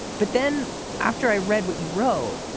but then after i read what you wrote,